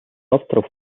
авторов